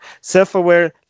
Self-aware